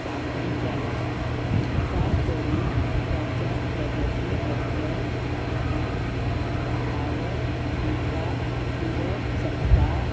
दाखल केला उपकार करून तेच्या प्रगती बद्दल अदावत दिवपा दिवंक शकता